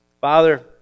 Father